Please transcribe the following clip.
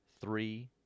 three